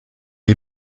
est